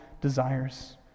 desires